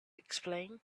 explain